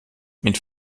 mit